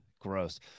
Gross